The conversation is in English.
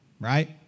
right